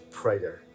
prayer